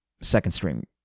second-string